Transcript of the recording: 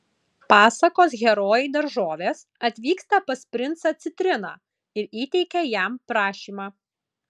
pasakos herojai daržovės atvyksta pas princą citriną ir įteikia jam prašymą